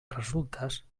resultes